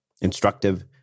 instructive